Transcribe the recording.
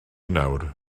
nawr